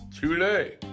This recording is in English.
today